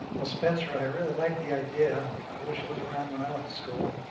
ah spencer, i really like the idea, i wish it was around when i went to school,